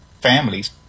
families